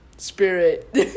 Spirit